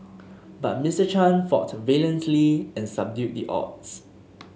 but Mister Chan fought valiantly and subdued the odds